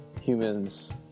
humans